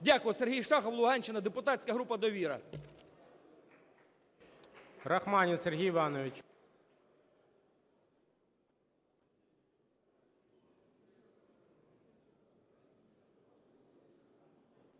Дякую. Сергій Шахов, Луганщина, депутатська група "Довіра"